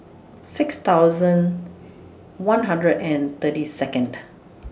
six thousand one hundred and thirty Second